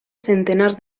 centenars